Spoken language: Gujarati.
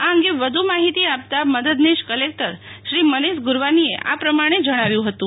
આ અંગે વધુ માહિતી આપતા મદદનીશ કલેકટર શ્રી મનીષ ગુરવાનીએ આ પ્રમાણે જણાવ્યું હતું